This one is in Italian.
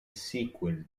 sequel